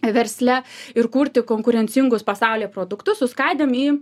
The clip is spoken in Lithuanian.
versle ir kurti konkurencingus pasaulyje produktus suskaidėm į